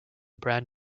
brand